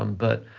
um but,